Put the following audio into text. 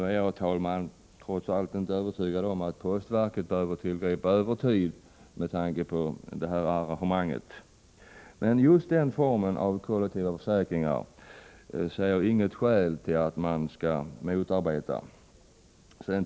Trots allt är jag inte övertygad om att postverket behöver tillgripa övertid med tanke på detta arrangemang. Men just den formen av kollektiva försäkringar ser jag inget skäl till att man skall motarbeta. Herr talman!